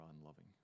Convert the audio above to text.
unloving